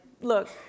look